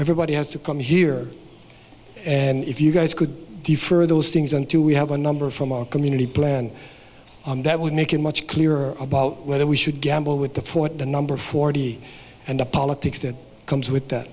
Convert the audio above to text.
everybody has to come here and if you guys could give for those things and do we have a number from our community plan that would make it much clearer about whether we should gamble with the fourth the number forty and the politics that comes with that